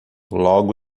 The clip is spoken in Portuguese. logo